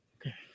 Okay